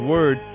Word